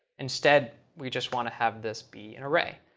instead, we just want to have this be an array.